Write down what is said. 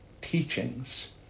teachings